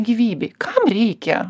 gyvybei kam reikia